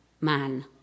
man